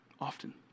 often